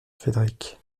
frédéric